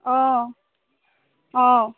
অ অ